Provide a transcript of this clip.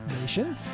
Nation